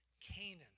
Canaan